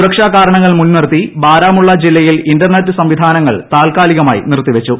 സുരക്ഷാ കാരണങ്ങൾ മുൻനിർത്തി ബാരാമുള്ള ജില്ലയിൽ ഇന്റർനെറ്റ് സംവിധാനങ്ങൾ താൽക്കാലികമായി നിർത്തിവച്ചു